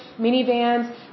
minivans